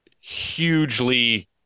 hugely